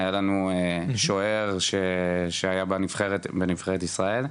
היה לנו שוער שהיה בנבחרת ישראל,